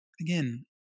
Again